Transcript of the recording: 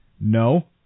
no